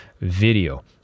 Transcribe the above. video